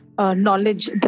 knowledge